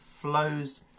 flows